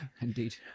Indeed